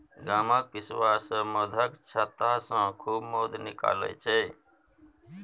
गामक पसीबा सब मौधक छत्तासँ खूब मौध निकालै छै